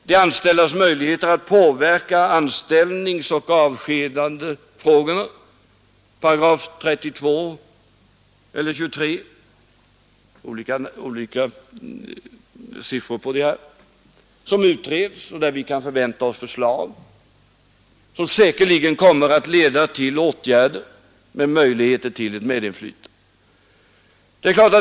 De anställdas möjligheter att påverka anställningsoch avskedandefrågor utreds, och vi kan förvänta förslag som säkerligen kommer att leda till åtgärder med möjligheter till medinflytande.